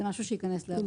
זה משהו שייכנס ---.